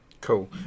Cool